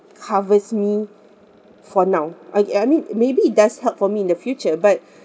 covers me for now I I mean maybe it does help for me in the future but